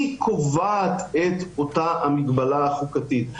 היא קובעת את אותה מגבלה חוקתית.